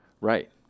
Right